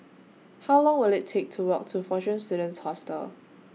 How Long Will IT Take to Walk to Fortune Students Hostel